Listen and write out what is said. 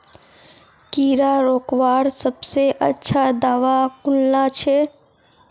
कीड़ा रोकवार सबसे अच्छा दाबा कुनला छे?